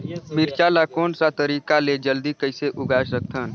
मिरचा ला कोन सा तरीका ले जल्दी कइसे उगाय सकथन?